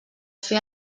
fer